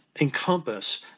encompass